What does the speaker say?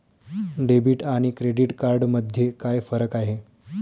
Debit आणि credit card मध्ये काय फरक आहे?